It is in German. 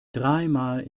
dreimal